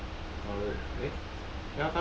eh eh